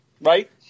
right